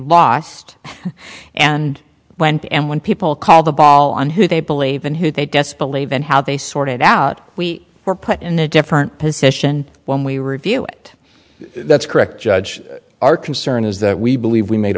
lost and when to and when people call the ball on who they believe and who they desk believe and how they sort it out we were put in a different position when we review it that's correct judge our concern is that we believe we made